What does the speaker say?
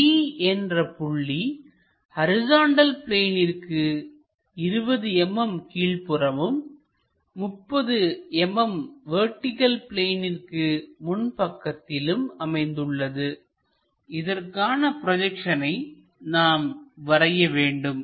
D என்ற புள்ளி horizontal பிளேனிற்கு 20 mm கீழ்ப்புறமும் 30 mm வெர்டிகள் பிளேனிற்கு முன் பக்கத்திலும் அமைந்துள்ளது இதற்கான ப்ரொஜெக்ஷனை நாம் வரைய வேண்டும்